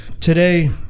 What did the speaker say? Today